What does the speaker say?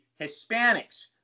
Hispanics